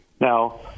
Now